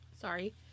sorry